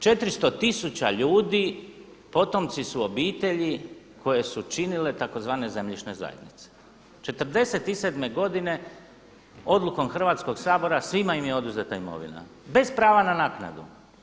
400 tisuća ljudi potomci su obitelji koje su činile tzv. zemljišne zajednice, '47. godine odlukom Hrvatskoga sabora svima im je oduzeta imovina bez prava na naknadu.